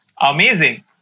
Amazing